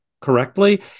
correctly